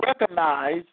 recognize